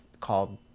called